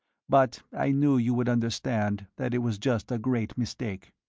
but i knew you would understand that it was just a great mistake.